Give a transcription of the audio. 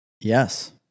Yes